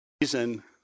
reason